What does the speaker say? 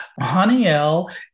Haniel